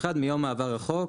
מיום מעבר החוק,